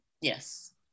Yes